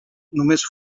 només